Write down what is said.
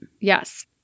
Yes